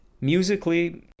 Musically